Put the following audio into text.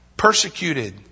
persecuted